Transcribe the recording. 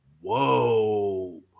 whoa